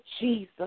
Jesus